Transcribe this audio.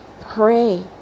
Pray